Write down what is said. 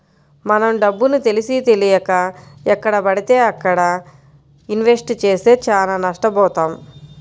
మనం డబ్బుని తెలిసీతెలియక ఎక్కడబడితే అక్కడ ఇన్వెస్ట్ చేస్తే చానా నష్టబోతాం